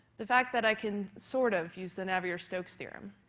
the fact that i can sort of use the navier-stokes theorem,